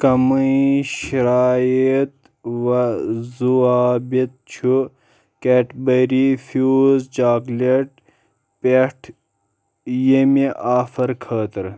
کمٕے شرائط و ضوابط چھُ کیڈبٔری فیوٗز چاکلیٹ پیٚٹھ ییٚمہِ آفر خٲطرٕ؟